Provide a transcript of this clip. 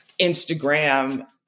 Instagram